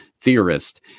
theorist